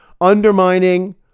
undermining